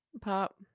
pop